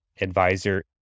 advisor